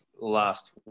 last